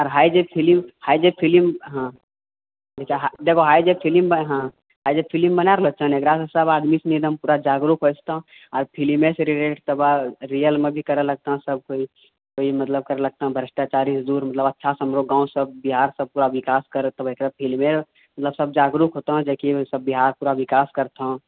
high जे film हाइ जे फिलिम हँ देखो हाइ जे फिलिम हँ हाइ जे फिलिम बनाए रहल छियो ने एकरा सँ सब आदमी जागरूक हो जेतऽ आ फिलिमे से रीलेटेड तकरबाद रियल मे भी करए लगतऽ सब कोइ कोइ मतलब करए लगतऽ भ्र्ष्टाचारी सँ दूर मतलब अच्छा सँ हमरो गाँव सब बिहार सब विकास करऽतऽ फिल्मे मतलब सब जागरूक होतऽ जहिसँ बिहार पूरा विकास करतँ